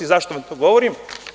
Zašto vam to govorim?